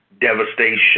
Devastation